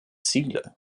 ziele